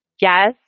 Yes